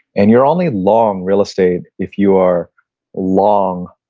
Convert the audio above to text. and you're only long real estate if you are long,